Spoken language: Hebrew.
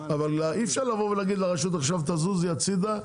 אי אפשר לבוא ולהגיד לרשות עכשיו לזוז הצידה.